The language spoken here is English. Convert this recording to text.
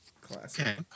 Classic